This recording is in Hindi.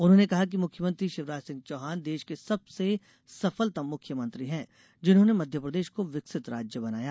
उन्होंने कहा कि मुख्यमंत्री शिवराज सिंह चौहान देश के सबसे सफलतम मुख्यमंत्री हैं जिन्होंने मध्यप्रदेश को विकसित राज्य बनाया